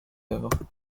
œuvres